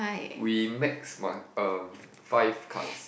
we max must uh five cards